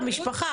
על המשפחה,